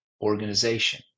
organization